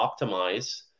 optimize